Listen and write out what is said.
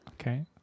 okay